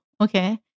okay